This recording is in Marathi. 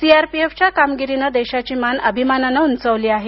सीआरपीएफच्या कामगिरीने देशाची मान अभिमानाने उंचावली आहे